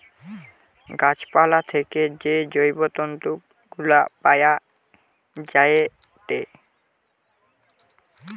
গাছ পালা থেকে যে জৈব তন্তু গুলা পায়া যায়েটে